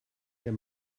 der